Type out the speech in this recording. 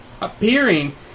appearing